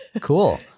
Cool